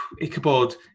Ichabod